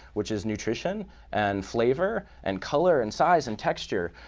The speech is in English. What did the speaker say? which is nutrition and flavor and color and size and texture.